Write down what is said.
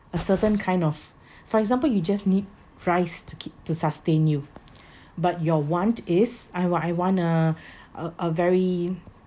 a certain kind of for example you just need fries to keep to sustain you but your want is I want I want uh a a very